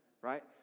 right